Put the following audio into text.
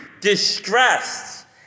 distressed